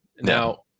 Now